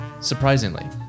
surprisingly